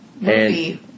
movie